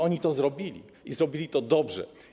Oni to zrobili i zrobili to dobrze.